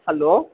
hello